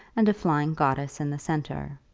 and a flying goddess in the centre.